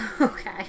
Okay